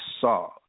saw